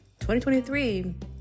2023